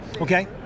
Okay